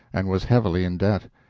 and was heavily in debt.